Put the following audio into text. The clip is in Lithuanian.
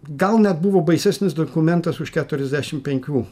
gal net buvo baisesnis dokumentas už keturiasdešim penkių